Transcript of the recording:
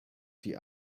die